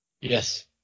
Yes